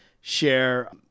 share